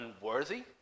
unworthy